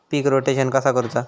पीक rotation कसा करूचा?